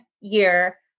year